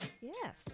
yes